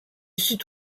sud